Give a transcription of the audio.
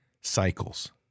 cycles